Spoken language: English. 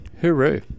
hooroo